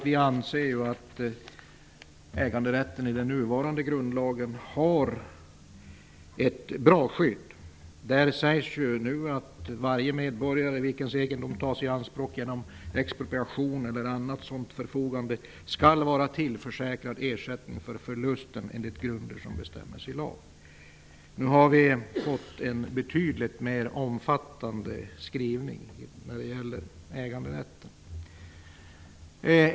Vi anser att äganderätten i den nuvarande grundlagen har ett bra skydd. Där sägs att varje medborgare, vars egendom tas i anspråk genom expropriation eller annat sådant förfogande, skall vara tillförsäkrad ersättning för förlusten enligt grunder som bestäms i lag. Nu har vi fått en betydligt mer omfattande skrivning när det gäller äganderätten.